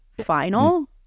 final